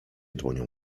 dłonią